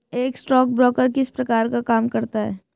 एक स्टॉकब्रोकर किस प्रकार का काम करता है?